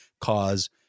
cause